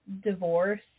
divorce